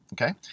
okay